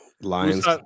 Lions